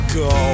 go